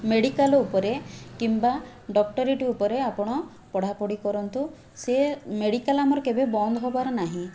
medical ଉପରେ କିମ୍ବା doctorate ଉପରେ ଆପଣ ପଢ଼ାପଢ଼ି କରନ୍ତୁ ସେ ମେଡ଼ିକାଲ ଆମର କେବେ ବନ୍ଦ ହେବାର ନାହିଁ